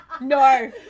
no